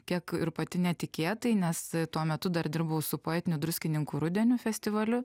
kiek ir pati netikėtai nes tuo metu dar dirbau su poetiniu druskininkų rudenio festivaliu